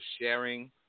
sharing